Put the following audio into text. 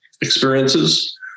experiences